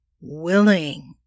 willing